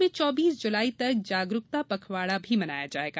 प्रदेश में चौबीस जुलाई तक जागरूकता पखवाड़ा भी मनाया जायेगा